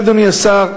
אדוני השר,